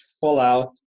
full-out